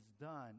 done